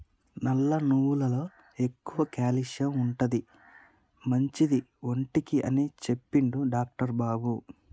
నల్ల నువ్వులల్ల ఎక్కువ క్యాల్షియం ఉంటది, మంచిది ఒంటికి అని చెప్పిండు డాక్టర్ బాబు